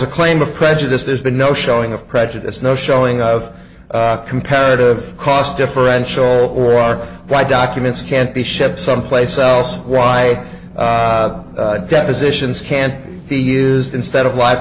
a claim of prejudice there's been no showing of prejudice no showing of comparative cost differential or why documents can't be shipped someplace else why depositions can't be is instead of li